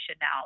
now